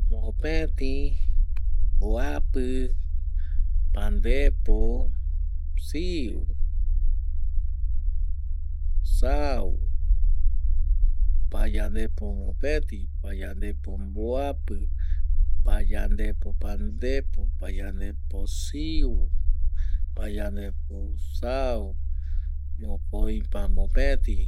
Motepi, mbuapi, pandepo, siu, sau, payandepo mopeti, payandepo mbuapi, payandepo pandepo, payandepo siu, payandepo siu, payandepo sau